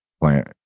plant